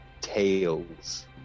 tales